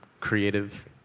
creative